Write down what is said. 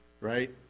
Right